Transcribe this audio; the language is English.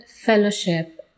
fellowship